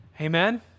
Amen